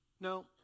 No